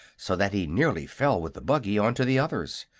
so that he nearly fell with the buggy onto the others.